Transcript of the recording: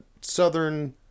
southern